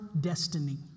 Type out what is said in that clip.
destiny